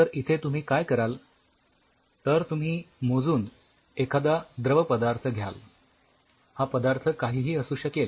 तर इथे तुम्ही काय कराल तर तुम्ही मोजून एखादा द्रव पदार्थ घ्याल हा पदार्थ काहीही असू शकेल